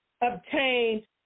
obtained